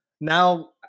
Now